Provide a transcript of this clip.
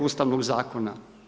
Ustavnog zakona.